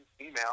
email